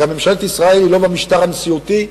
גם ממשלת ישראל היא לא במשטר נשיאותי,